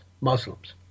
Muslims